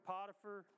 Potiphar